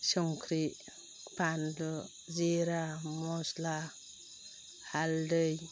संख्रि बानलु जिरा मसला हालदै